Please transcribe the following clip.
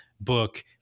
book